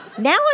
Now